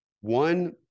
One